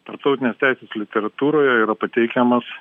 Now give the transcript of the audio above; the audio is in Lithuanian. tarptautinės teisės literatūroje yra pateikiamas